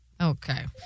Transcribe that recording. Okay